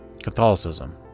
Catholicism